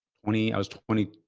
twenty i was twenty,